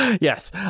yes